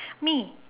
me